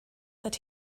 that